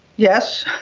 yes,